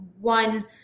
one